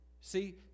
see